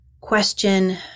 question